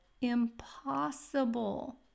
Impossible